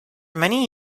many